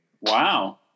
Wow